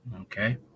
okay